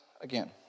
again